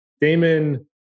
Damon